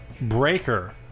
breaker